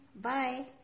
Bye